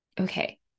Okay